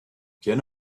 can